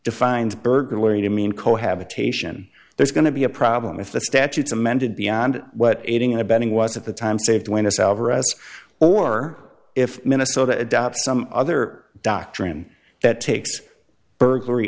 defined burglary to mean co habitation there's going to be a problem if the statutes amended beyond what aiding and abetting was at the time saved when it's alvarez or if minnesota adopt some other doctrine that takes burglary